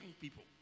people